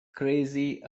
crazy